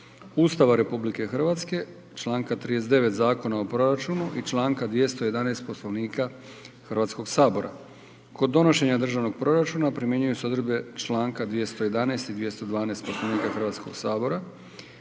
Ustava RH, čl. 39. Zakona o proračunu i čl. 211. Poslovnika Hrvatskog sabora. Kod donošenja Državnog proračuna primjenjuju se odredbe čl. 211. i 212. Poslovnika Hrvatskog sabora,